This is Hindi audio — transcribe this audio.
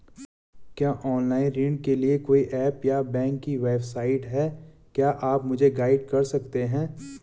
क्या ऑनलाइन ऋण के लिए कोई ऐप या बैंक की वेबसाइट है क्या आप मुझे गाइड कर सकते हैं?